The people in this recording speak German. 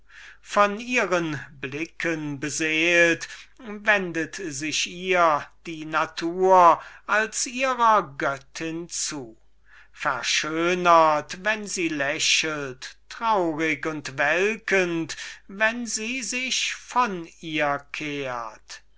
von ihren blicken beseelt wendet ihr die natur als ihrer göttin sich zu verschönert wenn sie lächelt traurig und welkend wenn sie sich von ihr